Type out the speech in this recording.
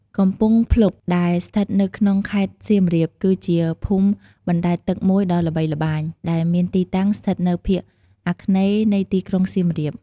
កំពង់ភ្លុក ដែលស្ថិតនៅក្នុង ខេត្តសៀមរាប គឺជាភូមិបណ្ដែតទឹកមួយដ៏ល្បីល្បាញ ដែលមានទីតាំងស្ថិតនៅភាគអាគ្នេយ៍នៃទីក្រុងសៀមរាប។